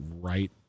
right